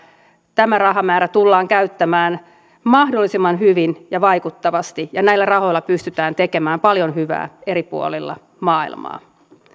tämä rahamäärä tullaan käyttämään mahdollisimman hyvin ja vaikuttavasti ja näillä rahoilla pystytään tekemään paljon hyvää eri puolilla maailmaa